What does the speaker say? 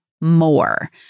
more